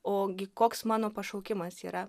o gi koks mano pašaukimas yra